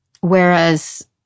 Whereas